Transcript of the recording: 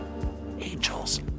angels